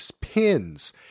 pins